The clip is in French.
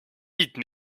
vite